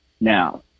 Now